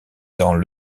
dans